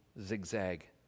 zigzag